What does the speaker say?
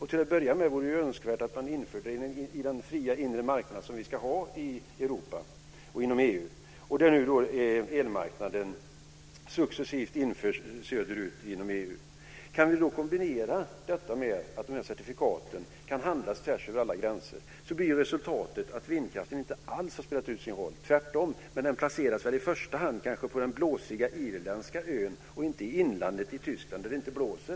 Till att börja med vore det önskvärt att man införde den på den fria inre marknad som vi ska ha i Europa, där nu elmarknaden successivt växer. Kan vi kombinera detta med att man kan handla med certifikaten tvärs över alla gränser blir resultatet att vindkraften inte alls har spelat ut sin roll. Tvärtom. Men vindkraftverken placeras väl i första hand på den blåsiga irländska ön och inte i inlandet i Tyskland där det inte blåser.